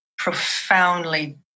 profoundly